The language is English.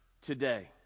today